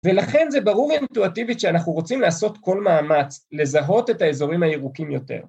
ולכן זה ברור אינטואטיבית שאנחנו רוצים לעשות כל מאמץ לזהות את האזורים הירוקים יותר